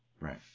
Right